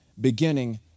beginning